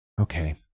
Okay